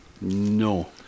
no